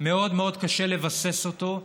מאוד מאוד קשה לבסס אותו,